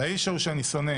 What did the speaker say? והאיש ההוא שאני שונא